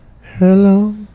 Hello